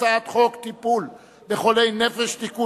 הצעת חוק טיפול בחולי נפש (תיקון,